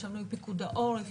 ישבנו עם פיקוד העורף,